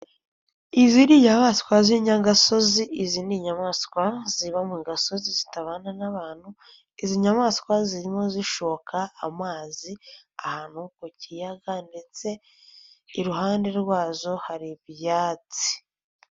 Iziriya ni inyamaswa z'inyagasozi, izi ni inyamaswa ziba mu gasozi zitabana n'abantu, izi nyamaswa zirimo zishoka amazi ahantu ku kiyaga ndetse iruhande rwazo hari ibyatsi.